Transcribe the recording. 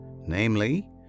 Namely